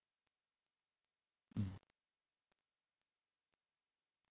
mm